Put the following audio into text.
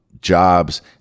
jobs